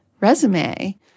resume